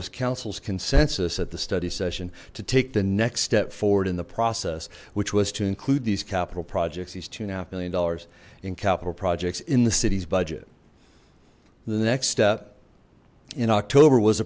was councils consensus at the study session to take the next step forward in the process which was to include these capital projects these two and a half million dollars in capital projects in the city's budget the next step in october was